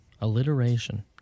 Alliteration